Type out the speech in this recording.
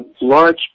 large